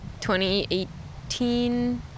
2018